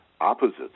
Opposites